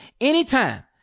anytime